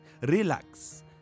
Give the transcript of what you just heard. relax